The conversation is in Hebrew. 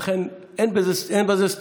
אכן, אין בזה סתירה.